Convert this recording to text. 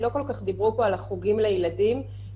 לא כל כך דיברו פה על החוגים לילדים אלא